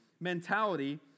mentality